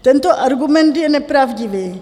Tento argument je nepravdivý.